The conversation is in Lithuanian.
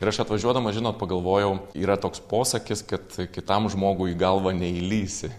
ir aš atvažiuodamas žinot pagalvojau yra toks posakis kad kitam žmogui į galvą neįlįsi